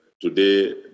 today